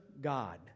God